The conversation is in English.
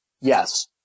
Yes